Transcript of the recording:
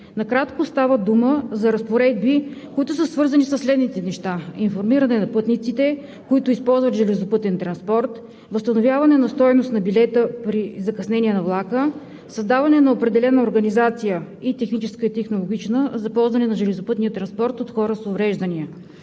Накратко – става дума за разпоредби, които са свързани със следните неща: информиране на пътниците, които използват железопътен транспорт; възстановяване на стойността на билета при закъснение на влака; създаване на определена организация – и техническа, и технологична, за ползване на железопътния транспорт от хора с увреждания.